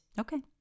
Okay